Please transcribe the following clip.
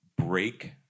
break